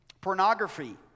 Pornography